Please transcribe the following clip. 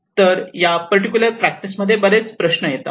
तर या पर्टिक्युलर प्रॅक्टिसमध्ये बरेच प्रश्न येतात